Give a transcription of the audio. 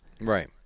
Right